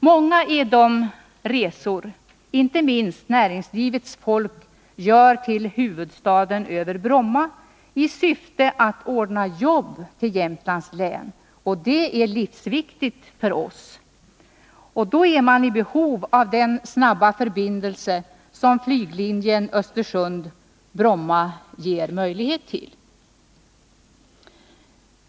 Många är de resor som inte minst näringslivets folk gör till huvudstaden över Brommaii syfte att ordna jobb till Jämtlands län, och det är livsviktigt för oss. Därför är vi i behov av den snabba förbindelse som flyglinjen Östersund-Bromma utgör.